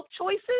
choices